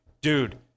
dude